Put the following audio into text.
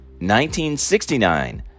1969